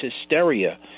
hysteria